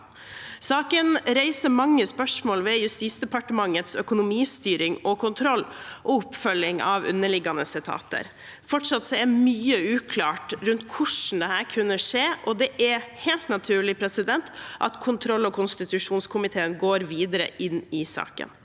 Saken reiser mange spørsmål ved Justisdepartementets økonomistyring og kontroll og oppfølging av underliggende etater. Fortsatt er mye uklart rundt hvordan dette kunne skje, og det er helt naturlig at kontrollog konstitusjonskomiteen går videre inn i saken.